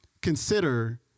consider